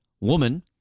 woman